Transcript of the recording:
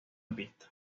pista